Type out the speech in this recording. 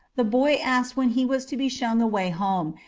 the boy asked when he was to be shown the way home,